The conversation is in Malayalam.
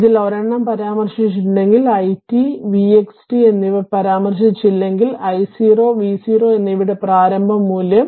ഇതിൽ ഒരെണ്ണം പരാമർശിച്ചിട്ടുണ്ടെങ്കിൽ I t v x t എന്നിവ പരാമർശിച്ചില്ലെങ്കിൽ I0 v0 എന്നിവയുടെ പ്രാരംഭ മൂല്യം